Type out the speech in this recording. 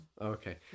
okay